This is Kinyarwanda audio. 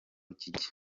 kijya